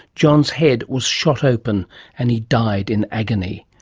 john's head was shot open and he died in agony.